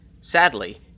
Sadly